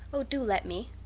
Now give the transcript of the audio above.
oh, do let me!